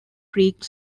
creek